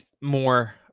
more